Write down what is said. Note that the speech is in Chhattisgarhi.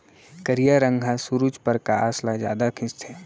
करिया रंग ह सुरूज परकास ल जादा खिंचथे